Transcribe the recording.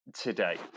today